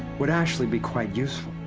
would actually be quite useful.